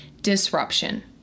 Disruption